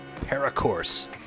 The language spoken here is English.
Paracourse